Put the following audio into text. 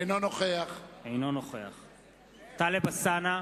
אינו נוכח טלב אלסאנע,